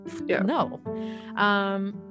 no